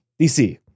dc